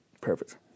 perfect